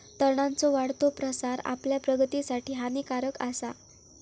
तणांचो वाढतो प्रसार आपल्या प्रगतीसाठी हानिकारक आसा